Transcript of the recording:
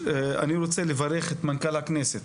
היושב-ראש, אני רוצה לברך את מנכ"ל הכנסת